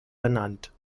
benannt